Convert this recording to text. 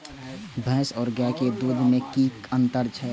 भैस और गाय के दूध में कि अंतर छै?